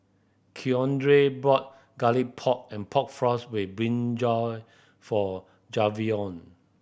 Keandre bought Garlic Pork and Pork Floss with brinjal for Javion